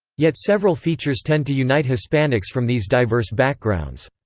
yet several features tend to unite hispanics from these diverse backgrounds.